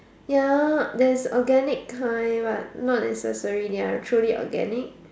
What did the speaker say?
ya there's organic kind but not necessary they are truly organic